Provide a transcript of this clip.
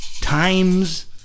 times